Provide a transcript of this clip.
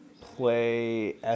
play